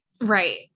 Right